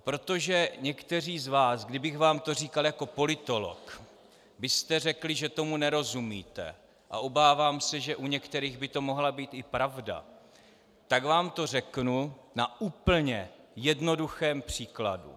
Protože někteří z vás, kdybych vám to říkal jako politolog, byste řekli, že tomu nerozumíte, a obávám se, že u některých by to mohla být i pravda, tak vám to řeknu na úplně jednoduchém příkladu.